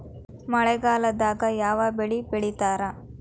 ಮಳೆಗಾಲದಾಗ ಯಾವ ಬೆಳಿ ಬೆಳಿತಾರ?